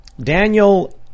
Daniel